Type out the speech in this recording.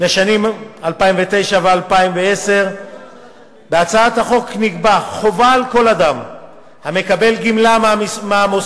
לשנים 2009 2010. בהצעת החוק נקבעה חובה על כל אדם המקבל גמלה מהמוסד